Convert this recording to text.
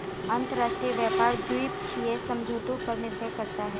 अंतरराष्ट्रीय व्यापार द्विपक्षीय समझौतों पर निर्भर करता है